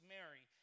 Mary